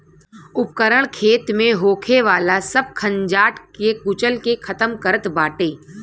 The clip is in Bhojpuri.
उपकरण खेत में होखे वाला सब खंजाट के कुचल के खतम करत बाटे